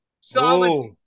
Solid